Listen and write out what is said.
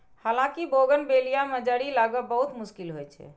हालांकि बोगनवेलिया मे जड़ि लागब बहुत मुश्किल होइ छै